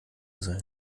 ausrede